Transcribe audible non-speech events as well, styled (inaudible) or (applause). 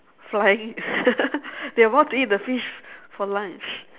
flying (laughs) they are about to eat the fish for lunch